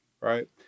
right